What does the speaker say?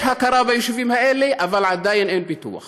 יש הכרה ביישובים האלה, אבל עדיין אין פיתוח.